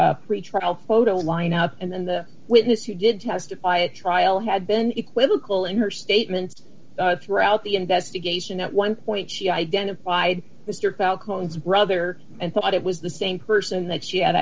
a pretrial photo lineup and then the witness who did testify at trial had been equivocal in her statements throughout the investigation at one point she identified mr kyle cohen's brother and thought it was the same person that she had